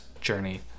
journey